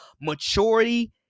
maturity